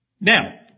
Now